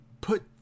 put